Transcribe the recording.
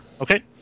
Okay